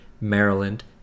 Maryland